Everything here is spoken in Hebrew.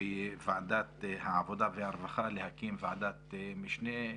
בוועדת העבודה והרווחה להקים ועדת משנה בנושא הזה.